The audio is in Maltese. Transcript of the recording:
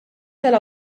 tal